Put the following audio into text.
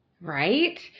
Right